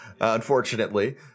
Unfortunately